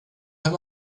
him